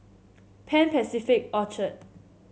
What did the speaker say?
Pan Pacific Orchard